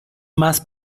más